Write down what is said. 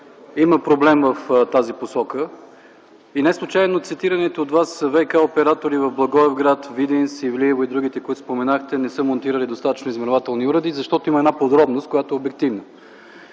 има проблем в тази посока и неслучайно цитираните от Вас ВиК оператори в Благоевград, Видин, Севлиево и другите, които споменахте, не са монтирали достатъчно измервателни уреди, защото има една подробност, която е обективна.